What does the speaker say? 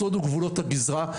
הסוד הוא גבולות הגזרה,